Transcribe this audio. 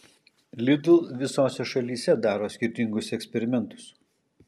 lidl visose šalyse daro skirtingus eksperimentus